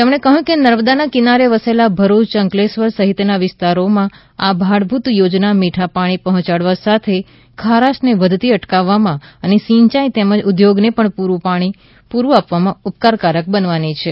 તેમણે કહ્યું કે નર્મદાના કિનારે વસેલા ભરૂચ અંકલેશ્વર સહિતના વિસ્તારોમાં આ ભાડભૂત યોજના મીઠા પાણી પહોચાડવા સાથે ખારાશ વધતી અટકાવવા અને સિંચાઇ તેમજ ઉદ્યોગો ને પણ પૂરતું પાણી આપવામાં ઉપકારક બનવાની છે